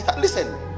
Listen